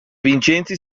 vincenzi